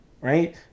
right